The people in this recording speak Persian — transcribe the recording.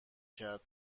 کرد